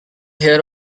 here